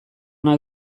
ona